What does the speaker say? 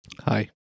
Hi